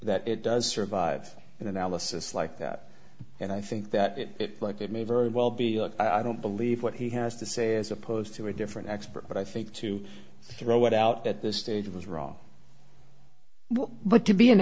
that it does survive an analysis like that and i think that it like it may very well be i don't believe what he has to say as opposed to a different expert but i think to throw it out at this stage was wrong but to be an